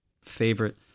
favorite